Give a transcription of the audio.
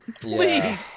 Please